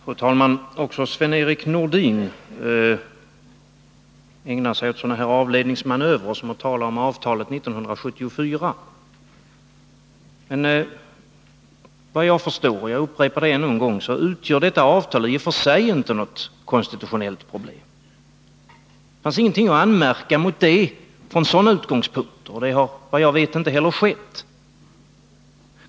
Fru talman! Också Sven-Erik Nordin ägnar sig åt avledningsmanövrer. Han talar nämligen om avtalet från 1974. Såvitt jag förstår — jag upprepar det ännu en gång — utgör detta avtal i och för sig inte något konstitutionellt problem. Det fanns ingenting att anmärka mot det från sådana utgångspunkter, och det har — såvitt jag vet — inte heller skett.